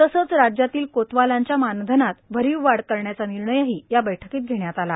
तसंच राज्यातील कोतवालांच्या मानधनात अरीव वाढ करण्याचा निर्णयही या बैठकीत घेण्यात आला